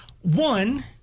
One